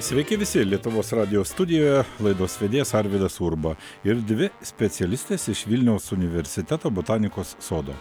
sveiki visi lietuvos radijo studijoje laidos vedėjas arvydas urba ir dvi specialistės iš vilniaus universiteto botanikos sodo